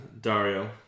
Dario